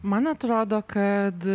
man atrodo kad